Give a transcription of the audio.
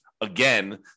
again